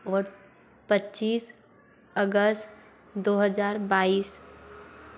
और पच्चीस अगस दो हज़ार बाईस